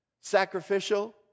Sacrificial